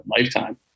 lifetime